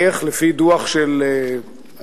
איך לפי דוח של בנק